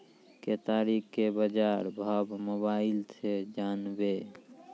केताड़ी के बाजार भाव मोबाइल से जानवे?